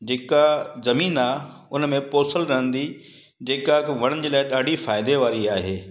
जेका ज़मीन आहे हुन में पोसल रहंदी जेका कि वणनि जे लाइ ॾाढी फ़ाइदे वारी आहे